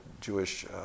Jewish